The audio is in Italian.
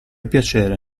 piacere